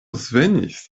svenis